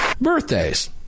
birthdays